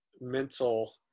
mental